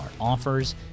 offers